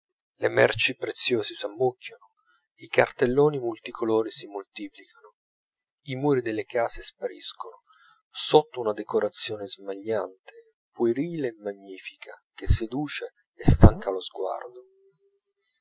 le merci preziose s'ammucchiano i cartelloni multicolori si moltiplicano i muri delle case spariscono sotto una decorazione smagliante puerile e magnifica che seduce e stanca lo sguardo